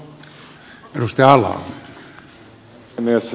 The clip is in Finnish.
arvoisa herra puhemies